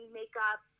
makeup